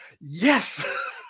Yes